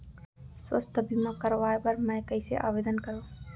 स्वास्थ्य बीमा करवाय बर मैं कइसे आवेदन करव?